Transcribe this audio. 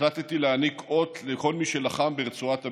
החלטתי להעניק אות לכל מי שלחם ברצועת הביטחון.